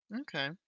okay